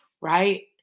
right